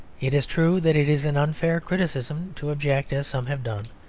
it is true that it is an unfair criticism to object, as some have done,